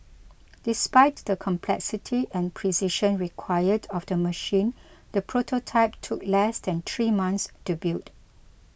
despite the complexity and precision required of the machine the prototype took less than three months to build